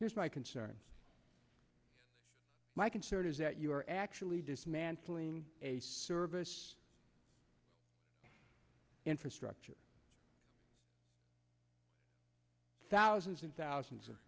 here's my concern my concern is that you are actually dismantling a service infrastructure thousands and thousands